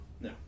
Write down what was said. No